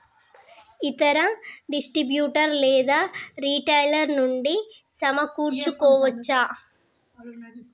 ఇతర డిస్ట్రిబ్యూటర్ లేదా రిటైలర్ నుండి సమకూర్చుకోవచ్చా?